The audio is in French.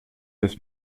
lès